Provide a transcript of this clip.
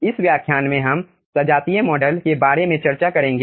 इस व्याख्यान में हम सजातीय मॉडल के बारे में चर्चा करेंगे